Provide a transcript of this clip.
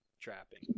trapping